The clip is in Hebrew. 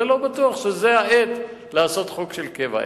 לא בטוח שזו העת לעשות חוק של קבע.